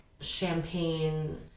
champagne